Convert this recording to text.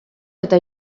eta